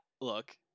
look